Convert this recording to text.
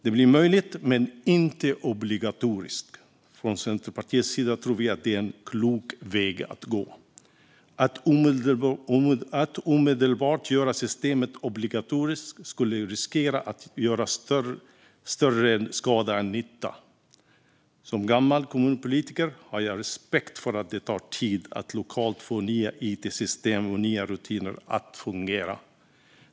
Det blir möjligt men inte obligatoriskt. Från Centerpartiets sida tror vi att det är en klok väg att gå. Att omedelbart göra systemet obligatoriskt skulle riskera att göra större skada än nytta. Som gammal kommunpolitiker har jag respekt för att det tar tid att lokalt få nya it-system och nya rutiner att fungera.